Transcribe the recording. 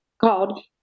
called